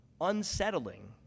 unsettling